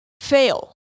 fail